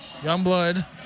Youngblood